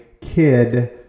kid